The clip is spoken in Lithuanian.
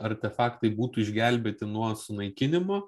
artefaktai būtų išgelbėti nuo sunaikinimo